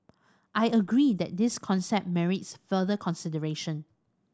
I agree that this concept merits further consideration